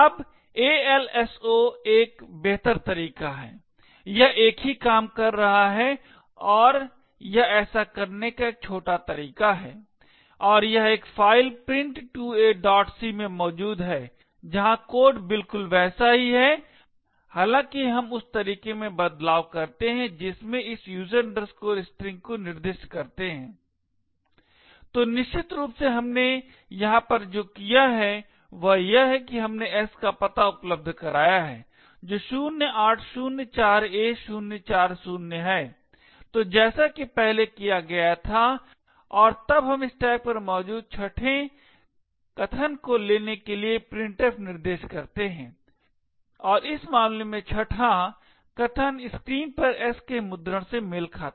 अब alSo का एक बेहतर तरीका है यह एक ही काम कर रहा है और यह ऐसा करने का एक छोटा तरीका है और यह एक फाइल print2ac में मौजूद है जहां कोड बिल्कुल वैसा ही है हालांकि हम उस तरीके में बदलाव करते है जिसमें इस user string को निर्दिष्ट करते है तो निश्चित रूप से हमने यहां पर जो किया है वह यह है कि हमने s का पता उपलब्ध कराया है जो 0804a040 है तो जैसा कि पहले किया गया था और तब हम स्टैक पर मौजूद छठे कथन को लेने के लिए printf निर्देश करते हैं और इस मामले में छठा कथन स्क्रीन पर s के मुद्रण से मेल खाता है